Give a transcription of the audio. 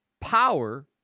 power